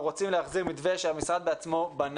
אנחנו רוצים להחזיר מתווה שהמשרד בעצמו בנה.